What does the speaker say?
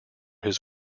his